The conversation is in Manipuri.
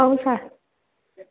ꯑꯧ ꯁꯥꯔ